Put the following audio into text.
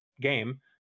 game